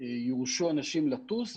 יורשו אנשים לטוס,